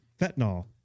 fentanyl